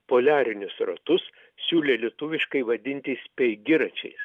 poliarinius ratus siūlė lietuviškai vadinti speigiračiais